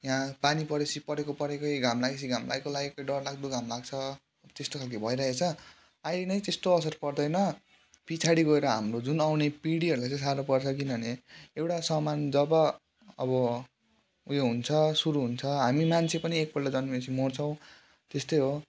यहाँ पानी परेपछि परेको परेकै घाम लागेपछि घाम लागेको लागेकै डरलाग्दो घाम लाग्छ त्यस्तो खालको भइरहेछ अहिले नै त्यस्तो असर पर्दैन पछाडि गएर हाम्रो जुन आउने पिँढीहरूलाई चाहिँ साह्रो पर्छ किनभने एउटा सामान जब अब उयो हुन्छ सुरु हुन्छ हामी मान्छे पनि एकपल्ट जन्मेपछि मर्छौँ त्यस्तै हो